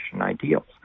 ideals